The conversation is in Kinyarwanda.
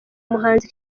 umuhanzi